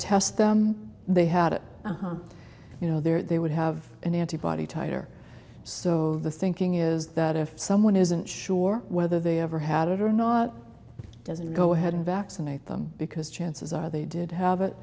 test them they had it you know there they would have an antibody titer so the thinking is that if someone isn't sure whether they ever had it or not doesn't go ahead and vaccinate them because chances are they did have it